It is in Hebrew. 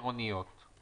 אני